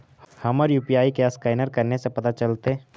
हमर यु.पी.आई के असकैनर कने से पता चलतै?